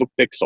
pixel